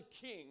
king